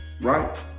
right